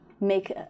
make